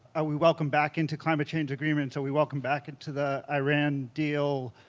we welcome back into climate change agreement. so we welcome back into the iran deal.